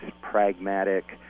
pragmatic